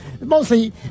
mostly